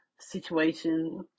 situation